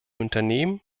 unternehmen